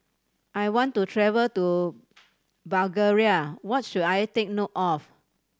I want to travel to Bulgaria What should I take note of